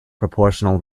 proportional